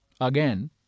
Again